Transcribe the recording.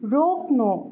रोक्नु